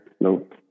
Nope